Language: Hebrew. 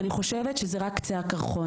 אבל אני חושבת שזה רק קצה הקרחון,